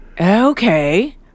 Okay